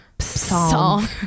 Psalm